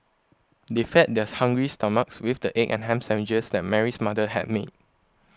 they fed theirs hungry stomachs with the egg and ham sandwiches that Mary's mother had made